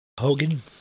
Hogan